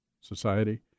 society